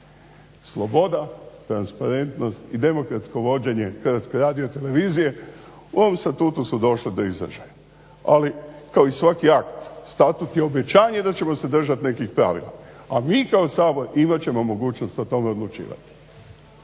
Sloboda, transparentnost i demokratsko vođenje HRT-a u ovom statutu su došli do izražaja, ali kao i svaki akt statut je obećanje da ćemo se držat nekih pravila, a mi kao sabor imat ćemo mogućnost o tome odlučivati.